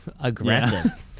aggressive